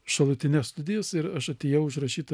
šalutines studijas ir aš atėjau užrašyta